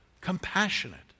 compassionate